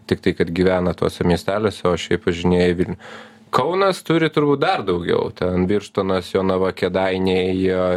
tiktai kad gyvena tuose miesteliuose o šiaip važinėja į vilnių kaunas turi turbūt dar daugiau ten birštonas jonava kėdainiai jie